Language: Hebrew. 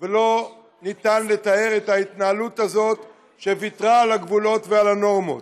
ולא ניתן לתאר את ההתנהלות הזאת שוויתרה על הגבולות ועל הנורמות.